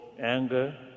anger